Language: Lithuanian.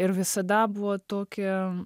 ir visada buvo tokia